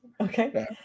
Okay